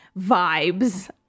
vibes